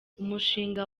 umushinga